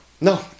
No